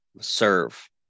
serve